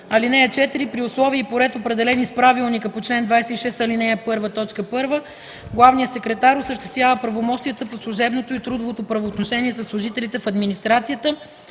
(4) При условия и по ред, определени с правилника по чл. 26, ал. 1, т. 1 главният секретар осъществява правомощията по служебното и трудовото правоотношение със служителите в администрацията,